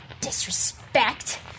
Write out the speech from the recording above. disrespect